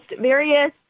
various